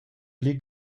pli